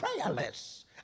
prayerless